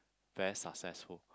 very successful